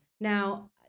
Now